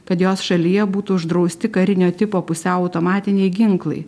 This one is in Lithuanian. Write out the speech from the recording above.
kad jos šalyje būtų uždrausti karinio tipo pusiau automatiniai ginklai